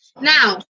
Now